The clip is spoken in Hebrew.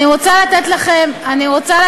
אני רוצה לתת לכם דוגמה.